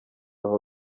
aho